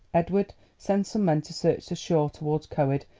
edward, send some men to search the shore towards coed,